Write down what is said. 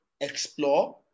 explore